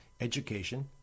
education